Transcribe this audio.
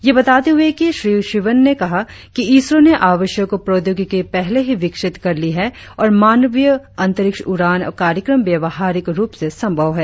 यह बताते हुए कि श्री शिवन ने कहा कि इसरो ने आवश्यक प्रौद्योगिकी पहले ही विकसित कर ली है और मानवीय अंतरिक्ष उड़ान कार्यक्रम व्यवहारिक रुप से संभव है